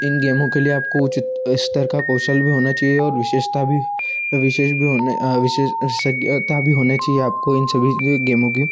इन गेमों के लिए आपको उचित स्तर का कौशल भी होना चहिए और विशेषता भी विशेष भी होने विशेषज्ञता भी होने चाहिए आपको इन सभी गेमों के